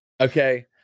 Okay